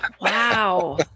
wow